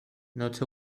not